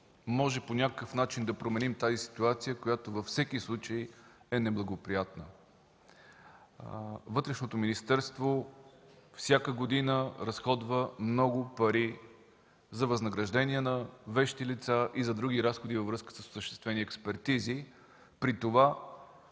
може по някакъв начин да променим ситуацията, която във всеки случай е неблагоприятна. Вътрешното министерство всяка година разходва много пари за възнаграждения на вещи лица и за други разходи във връзка с осъществени експертизи, при това